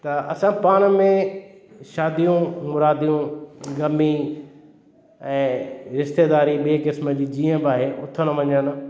त असां पाण में शादियूं मुरादियूं गमी ऐं रिश्तेदारी ॿे क़िस्म जी जीअं बि आहे उथणु वञणु